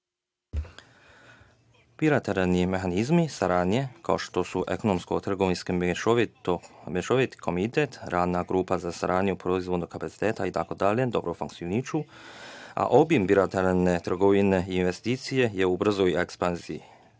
mehanizmi saradnje kao što su ekonomsko-trgovinski mešoviti komitet, Radna grupa za saradnju proizvodnog kapaciteta itd, dobro funkcionišu, a obim bilateralne trgovine i investicije je u brzoj ekspanziji.